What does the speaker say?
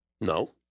No